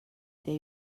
they